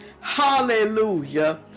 hallelujah